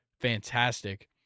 fantastic